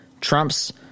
Trump's